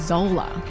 Zola